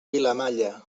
vilamalla